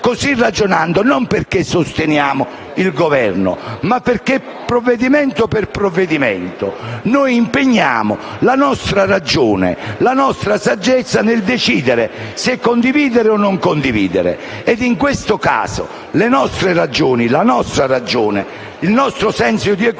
non perché sosteniamo il Governo, ma perché, provvedimento per provvedimento, noi impegniamo la nostra ragione e la nostra saggezza nel decidere se condividere o non condividere; e in questo caso le nostre ragioni e il nostro senso di equilibrio